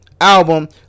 album